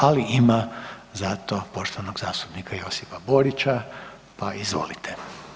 Ali ima zato poštovanog zastupnika Josipa Borića pa izvolite.